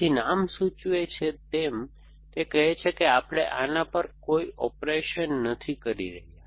તેથી નામ સૂચવે છે તેમ તે કહે છે કે આપણે આના પર કોઈ ઓપરેશન નથી કરી રહ્યા